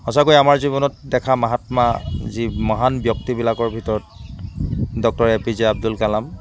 সঁচাকৈয়ে আমাৰ জীৱনত দেখা মাহাত্মা যি মহান ব্যক্তিবিলাকৰ ভিতৰত doctor A P J Abdul Kalam